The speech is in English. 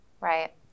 right